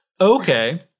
Okay